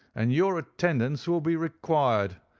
and your attendance will be required.